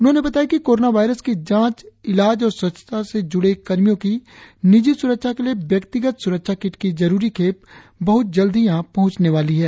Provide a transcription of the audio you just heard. उन्होंने बताया कि कोरोना वायरस की जांच इलाज और स्वच्छता से ज्ड़े कर्मियों की निजी स्रक्षा के लिए व्यक्तिगत स्रक्षा किट की जरुरी खेप बहत जल्द ही यहां पहंचने वाली है